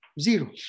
Zero